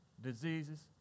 diseases